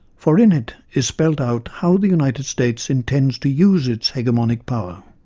for in it is spelt out how the united states intends to use its hegemonic power.